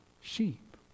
sheep